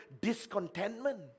Discontentment